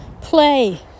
play